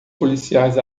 policiais